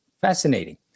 Fascinating